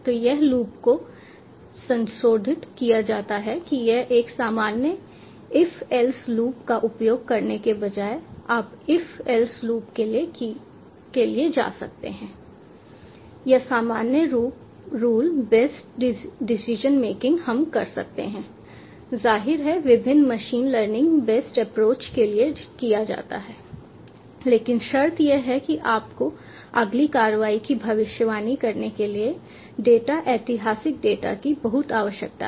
तो यह लूप को संशोधित किया जा सकता है और एक सामान्य इफ एल्स लूप का उपयोग करने के बजाय आप इफ एल्स लूप के लिए जा सकते हैं या सामान्य रूल बेस्ट डिसीजन मेकिंग हम कर सकते हैं जाहिर है विभिन्न मशीन लर्निंग बेस्ट अप्रोच के लिए जाया जा सकता है लेकिन शर्त यह है कि आपको अगली कार्रवाई की भविष्यवाणी करने के लिए डेटा ऐतिहासिक डेटा की बहुत आवश्यकता है